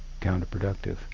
counterproductive